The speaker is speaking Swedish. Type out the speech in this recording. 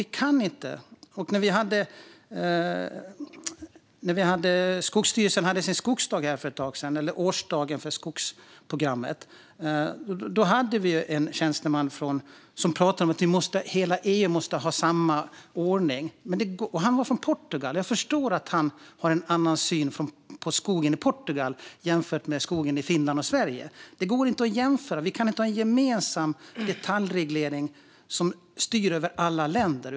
Vi kan inte ha det så. När Skogsstyrelsen för ett tag sedan höll sin årskonferens för skogsprogrammet talade en tjänsteman om att hela EU måste ha samma ordning. Han var från Portugal. Jag förstår att han har en annan syn på skogen. Det går inte att jämföra skogen i Portugal med skogen i Sverige och Finland. Vi kan inte ha en gemensam detaljreglering som styr över alla länder.